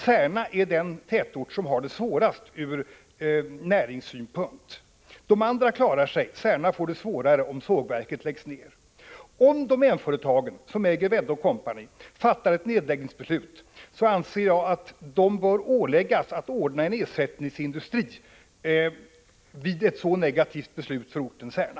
Särna är den tätort som har det svårast från näringssynpunkt. De andra orterna klarar sig. Särna får det svårare, om sågverket läggs ned. Om Domänföretagen, som äger Wedde & Co, fattar ett nedläggningsbeslut — som vore så negativt för orten Särna — ,anser jag att man bör åläggas att ordna en ersättningsindustri.